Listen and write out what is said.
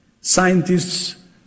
Scientists